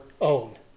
own